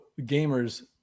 gamers